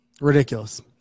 Ridiculous